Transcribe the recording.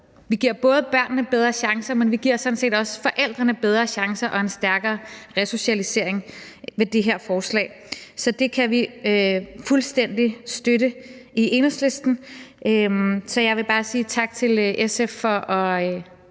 vi giver både børnene bedre chancer, men vi giver sådan set også forældrene bedre chancer og en stærkere resocialisering med det her forslag. Så det kan vi i Enhedslisten støtte fuldstændig. Så jeg vil bare sige tak til SF for at